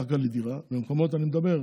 מחיר